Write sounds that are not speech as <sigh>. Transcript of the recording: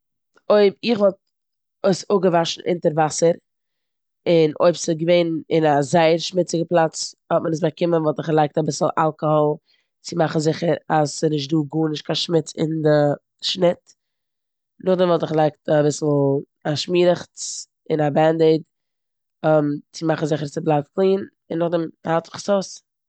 אויב- איך וואלט עס אפגעוואשן אונטער וואסער און אויב ס'געווען אין א זייער שמוציגע פלאץ האט מען עס באקומען וואלט איך געלייגט אביסל אלקאהאל צו מאכן זיכער אז ס'נישטא גארנישט קיין שמוץ אין די שנוט. נאכדעם וואלט איך געלייגט אביסל א שמירעכץ און א בענדעיד <hesitation> צו מאכן זיכער אז ס'בלייבט קלין, נאכדעם היילט זיך עס אויס.